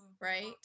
right